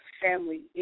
family